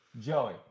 Joey